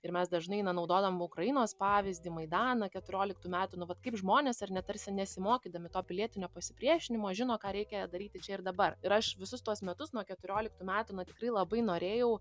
ir mes dažnai na naudodavom ukrainos pavyzdį maidaną keturioliktų metų nu vat kaip žmonės ar ne tarsi nesimokydami to pilietinio pasipriešinimo žino ką reikia daryti čia ir dabar ir aš visus tuos metus nuo keturioliktų metų na tikrai labai norėjau